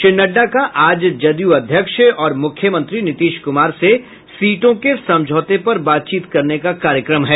श्री नड्डा का आज जदयू अध्यक्ष और मुख्यमंत्री नीतीश कुमार से सीटों के समझौते पर बातचीत करने का कार्यक्रम है